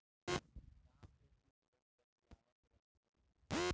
गाँव के कुछ लोग बतियावत रहेलो